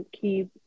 keep